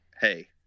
hey